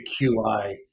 QI